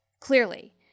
clearly